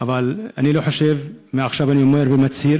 אבל אני לא חושב, מעכשיו אני אומר ומצהיר: